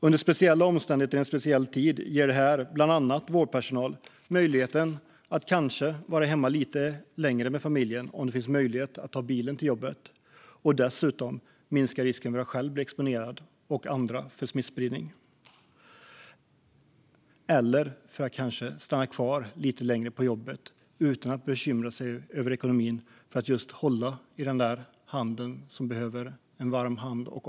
Under speciella omständigheter i en speciell tid ger detta bland annat vårdpersonal möjlighet att kanske vara hemma lite längre med familjen om man kan ta bilen till jobbet och därmed dessutom minska risken för att själv bli exponerad och exponera andra för smittspridning samt kanske stanna kvar lite längre på jobbet för att just hålla i den hand som behöver denna hand och omsorg, allt detta utan att behöva bekymra sig för ekonomin.